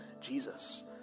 Jesus